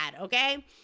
okay